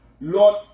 Lord